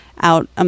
out